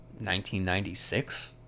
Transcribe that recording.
1996